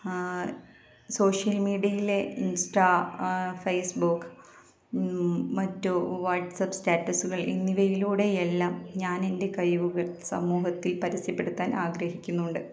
social മീഡിയയിലെ Insta Facebook മറ്റു WhatsApp സ്റ്റാറ്റസുകൾ എന്നിവയിലൂടെ എല്ലാം ഞാൻ എൻ്റെ കഴിവുകൾ സമൂഹത്തിൽ പരസ്യപ്പെടുത്താൻ ആഗ്രഹിക്കുന്നുണ്ട്